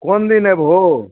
कोन दिन एबहो